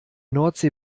nordsee